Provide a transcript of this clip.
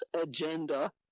agenda